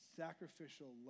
sacrificial